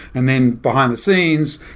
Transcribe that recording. and then behind the scenes,